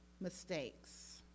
mistakes